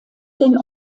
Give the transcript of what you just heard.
den